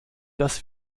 dass